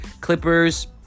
Clippers